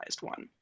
one